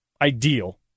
ideal